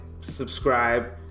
subscribe